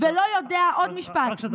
אבל רק, עוד משפט.